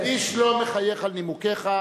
איש לא מחייך על נימוקיך,